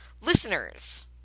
listeners